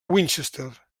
winchester